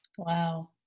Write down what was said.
Wow